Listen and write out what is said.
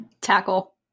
Tackle